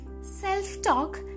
Self-talk